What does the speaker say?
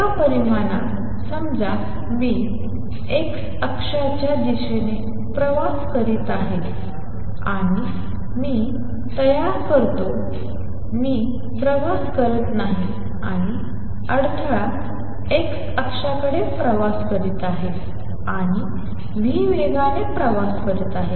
तर एका परिमाणात समजा मी x अक्षाच्या दिशेने प्रवास करत आहे आणि मी तयार करतो मी प्रवास करत नाही आणि अडथळा x अक्षाकडे प्रवास करत आहे आणि v वेगाने प्रवास करत आहे